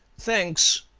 thanks,